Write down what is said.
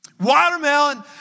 watermelon